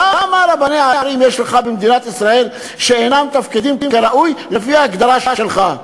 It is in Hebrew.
כמה רבני ערים יש לך במדינת ישראל שאינם מתפקדים כראוי לפי הגדרה שלך?